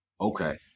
Okay